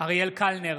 אריאל קלנר,